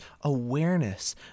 awareness